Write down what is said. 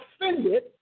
offended